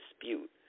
dispute